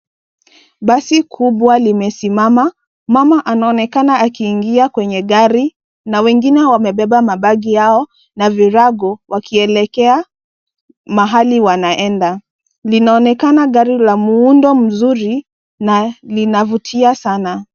Basi kubwa limesimama. Mama anaonekana akiingia kwenye gari na wengine wamebeba mabegi yao na virago wakielekea mahali wanaenda. Linaonekana gari la muundo mzuri na linavutia sana.